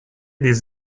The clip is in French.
des